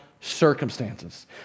circumstances